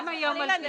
חס וחלילה,